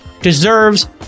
deserves